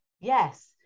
Yes